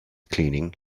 cleaning